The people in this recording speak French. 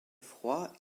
froid